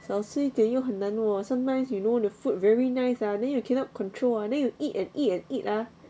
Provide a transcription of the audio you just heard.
少吃一点又很难 !whoa! sometimes you know the food very nice ah then you cannot control ah then you eat and eat and eat ah